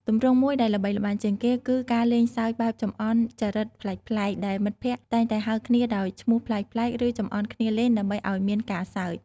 ទម្រង់មួយដែលល្បីល្បាញជាងគេគឺការលេងសើចបែបចំអន់ចរិតប្លែកៗ ដែលមិត្តភក្តិតែងតែហៅគ្នាដោយឈ្មោះប្លែកៗឬចំអន់គ្នាលេងដើម្បីឱ្យមានការសើច។